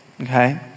okay